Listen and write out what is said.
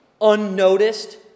Unnoticed